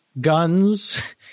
guns